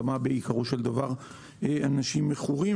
כמה אנשים מכורים,